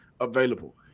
available